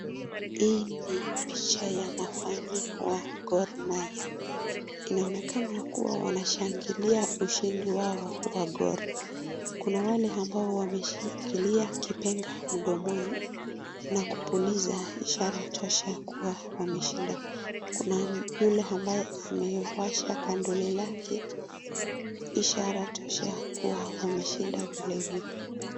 Hi ni picha ya mafani wa Gor Mahia. Inaonekana kuwa wanashangilia ushindi wao wa Gor. Kuna wale ambao wameshikilia kipenga mdomoni na kupuliza, ishara tosha kuwa wameshinda. Kuna yule ambaye amewasha candle lake, ishara tosha kuwa wameshinda vile vile.